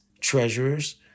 treasurers